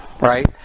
right